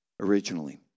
Originally